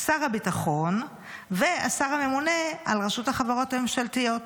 שר הביטחון והשר הממונה על רשות החברות הממשלתיות.